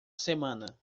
semana